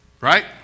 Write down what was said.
Right